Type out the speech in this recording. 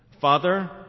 Father